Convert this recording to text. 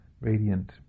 radiant